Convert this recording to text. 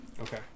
Okay